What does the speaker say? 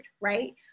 right